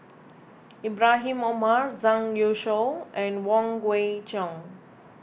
Ibrahim Omar Zhang Youshuo and Wong Kwei Cheong